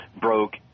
broke